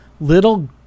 little